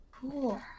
cool